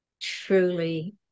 truly